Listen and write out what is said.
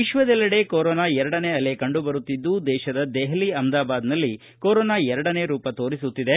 ವಿಶ್ವದೆಲ್ಲೆಡೆ ಕೊರೊನಾ ಎರಡನೇ ಅಲೆ ಕಂಡು ಬರುತ್ತಿದ್ದು ದೇಶದ ದೆಹಲಿ ಅಹ್ಮದಾಬಾದ್ನಲ್ಲಿ ಕೊರೊನಾ ಎರಡನೇ ರೂಪ ತೋರಿಸುತ್ತಿದೆ